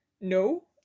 No